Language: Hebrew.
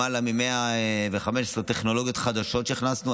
למעלה מ-115 טכנולוגיות חדשות הכנסנו.